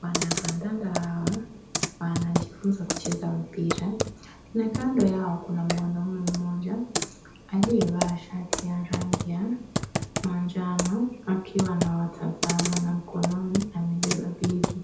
Wanakandanda hawa wanajifunza kucheza mpira na kando yao kuna mwanamume mmoja aliyevaa shati la rangi ya manjano akiwa anawatazama na mknoni amebeba begi.